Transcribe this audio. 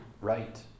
right